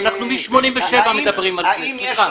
אנחנו מ-1987 מדברים על זה, סליחה.